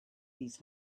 these